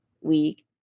week